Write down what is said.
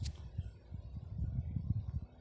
Credit card ಮ್ಯಾಲೆ EMI ಪಾವತಿ ಮಾಡ್ಬಹುದೇನು?